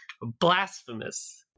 blasphemous